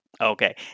okay